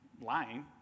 lying